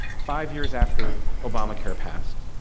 five years after obamacare passed,